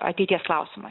ateities klausimas